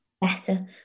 better